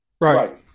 Right